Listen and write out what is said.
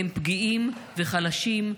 הם פגיעים וחלשים,